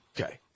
Okay